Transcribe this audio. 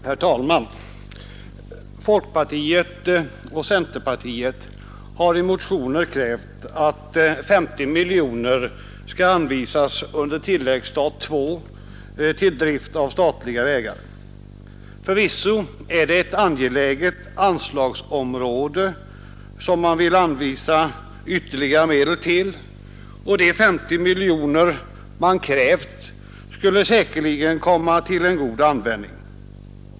Herr talman! Folkpartiet och centerpartiet har i motioner krävt att 50 miljoner kronor skall anvisas på tilläggsstat II till drift av statliga vägar. Förvisso är det ett angeläget anslagsområde som man vill anvisa ytterligare medel till, och de 50 miljoner kronor man krävt skulle säkerligen komma till en god användning.